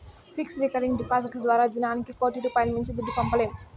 fixed, recurring డిపాడిట్లు ద్వారా దినానికి కోటి రూపాయిలు మించి దుడ్డు పంపలేము